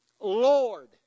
Lord